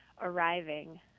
arriving